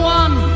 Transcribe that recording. one